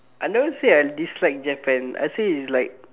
I never say I dislike Japan I say is like